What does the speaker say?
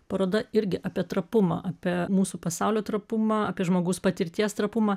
paroda irgi apie trapumą apie mūsų pasaulio trapumą apie žmogaus patirties trapumą